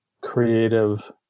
creative